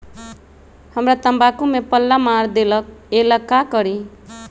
हमरा तंबाकू में पल्ला मार देलक ये ला का करी?